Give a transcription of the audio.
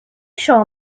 shall